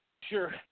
Sure